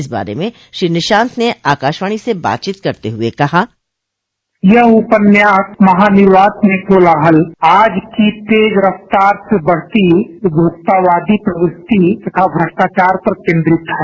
इस बारे में श्री निशान्त ने आकाशवाणी से बातचीत करते हुये कहा यह उपन्यास महा निर्वात में कोलाहल आज की तेज रफ्तार से बढ़ती हुई उपभोक्तावादी प्रवृति तथा भ्रष्टाचार पर केन्द्रित है